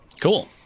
Cool